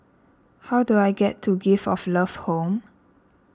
how do I get to Gift of Love Home